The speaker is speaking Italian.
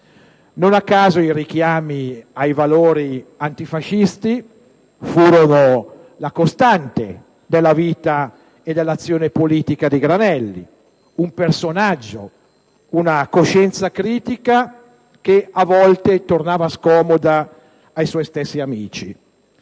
Non a caso, il richiamo ai valori antifascisti fu la costante della vita e dell'azione politica di Granelli; un personaggio, una coscienza critica che a volte tornava scomoda ai suoi stessi amici.